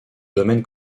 domaine